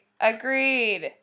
Agreed